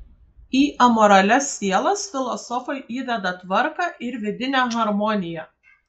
į amoralias sielas filosofai įveda tvarką ir vidinę harmoniją